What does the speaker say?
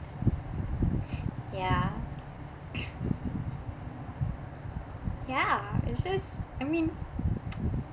yeah ya it's just I mean